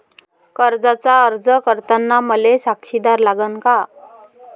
कर्जाचा अर्ज करताना मले साक्षीदार लागन का?